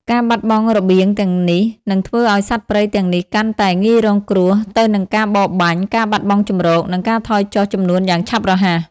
ការបាត់បង់របៀងទាំងនេះនឹងធ្វើឱ្យសត្វព្រៃទាំងនេះកាន់តែងាយរងគ្រោះទៅនឹងការបរបាញ់ ការបាត់បង់ជម្រក និងការថយចុះចំនួនយ៉ាងឆាប់រហ័ស។